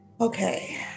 okay